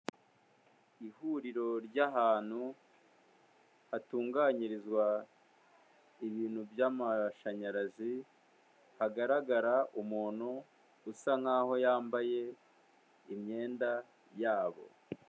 Ihuriro ry'ahantu hatunganyirizwa ibintu by'amashanyarazi, hagaragara umuntu usa nk'aho yambaye imyenda yabo.